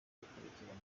wakurikiranye